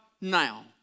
now